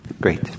great